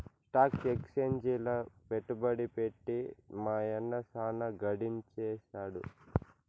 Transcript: stock ఎక్సేంజిల పెట్టుబడి పెట్టి మా యన్న సాన గడించేసాడు